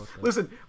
listen